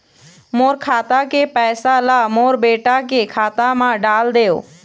मोर खाता के पैसा ला मोर बेटा के खाता मा डाल देव?